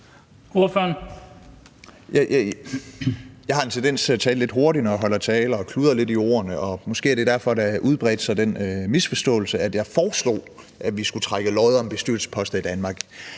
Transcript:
(LA): Jeg har en tendens til at tale lidt hurtigt, når jeg holder tale, og kludre lidt i ordene, og måske er det derfor, der har udbredt sig den misforståelse, at jeg foreslog, at vi skulle trække lod om bestyrelsesposter i Danmark.